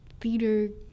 theater